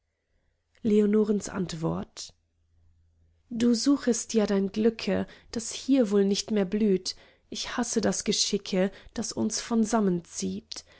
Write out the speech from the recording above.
leonorens antwort du suchest ja dein glücke das hier wohl nicht mehr blüht ich hasse das geschicke das uns von sammen zieht